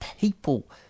people